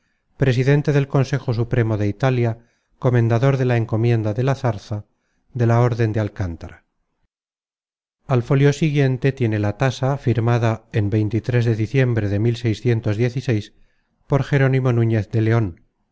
te del consejo supremo de italia comendador de la encomienda de la zara de la orden de alcantara con priuilegio en madrid por iuan de la cuesta a costa de iuan de villarroel mercader de libros en la plateria al fólio siguiente tiene la tasa firmada en de diciembre de por jerónimo nuñez de leon